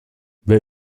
wer